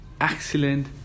excellent